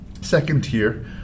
second-tier